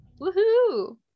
Woohoo